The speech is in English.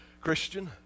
Christian